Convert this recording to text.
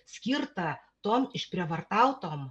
skirtą tom išprievartautom